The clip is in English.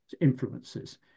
influences